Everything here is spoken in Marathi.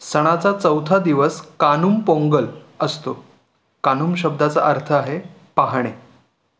सणाचा चौथा दिवस कानुम पोंगल असतो कानुम शब्दाचा अर्थ आहे पहाणे